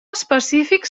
específic